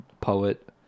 poet